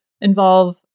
involve